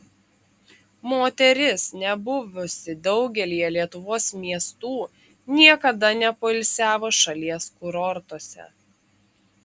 moteris nebuvusi daugelyje lietuvos miestų niekada nepoilsiavo šalies kurortuose